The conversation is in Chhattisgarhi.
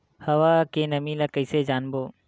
हवा के नमी ल कइसे जानबो?